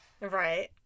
Right